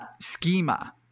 schema